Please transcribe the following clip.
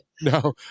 no